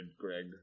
greg